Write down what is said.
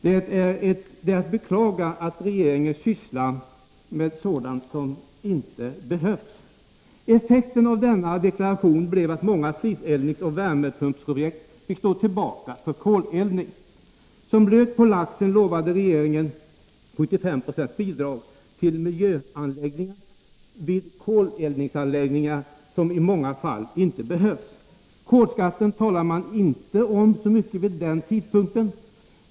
Det är att beklaga att regeringen sysslar med sådant som inte behövs. Effekten av denna deklaration blev att många fliseldningsoch värmepumpsprojekt fick stå tillbaka för koleldning. Som lök på laxen lovade regeringen 75 96 bidrag till miljöanläggningar vid koleldningsanläggningar, som i många fall inte behövs. Kolskatten talade man inte så mycket om vid den tidpunkten.